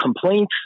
complaints